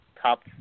top